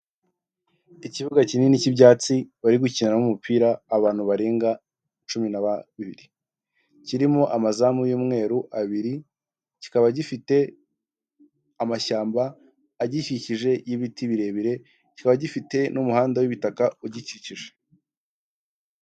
Ikibuga kinini cy'ibyatsi bari gukiniramo umupira abantu barenga cumi na babiri, kirimo amazamu y'umweru abiri, kikaba gifite amashyamba agikikije y'ibiti birebire, kiba gifite n'umuhanda w'ibitaka ugikikije.